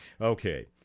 Okay